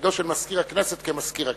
לתפקידו של מזכיר הכנסת כמזכיר הכנסת.